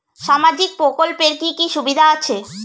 সামাজিক প্রকল্পের কি কি সুবিধা আছে?